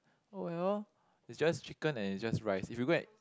oh well is just chicken and is just rice if you go and